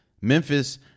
Memphis